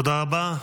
תודה רבה.